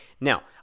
Now